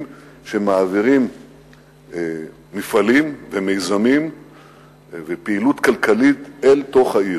שמעבירים מפעלים ומיזמים ופעילות כלכלית אל תוך העיר.